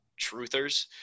truthers